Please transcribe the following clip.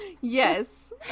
Yes